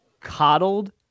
coddled